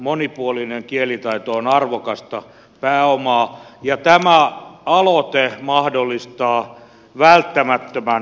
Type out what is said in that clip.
monipuolinen kielitaito on arvokasta pääomaa ja tämä aloite mahdollistaa välttämättömän kansalaiskeskustelun